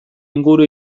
inguru